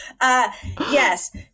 Yes